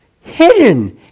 hidden